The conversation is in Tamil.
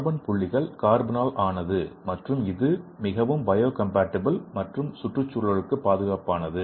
கார்பன் புள்ளிகள் கார்பனால் ஆனது மற்றும் இது மிகவும் பயோகம்பாட்டிபிள் மற்றும் சுற்றுச்சூழலுக்கு பாதுகாப்பானது